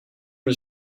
was